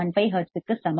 15 ஹெர்ட்ஸுக்கு சமம்